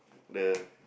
the